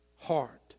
heart